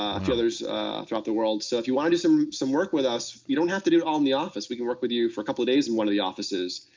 a few others throughout the world. so if you want to do some some work with us, you don't have to do all in the office. we can work with you for a couple of days in one of the offices,